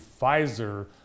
Pfizer